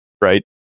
right